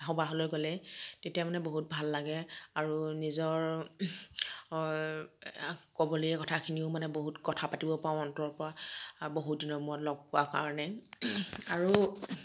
সবাহলৈ গ'লে তেতিয়া মানে বহুত ভাল লাগে আৰু নিজৰ ক'বলৈ কথাখিনিও মানে বহুত কথা পাতিব পাৰু অন্তৰৰ পৰা বহুত দিনৰ মূৰত লগ পোৱাৰ কাৰণে আৰু